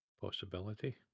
Possibility